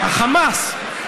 החמאס,